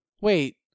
Wait